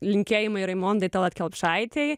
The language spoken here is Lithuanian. linkėjimai raimondai telatkelpšaitei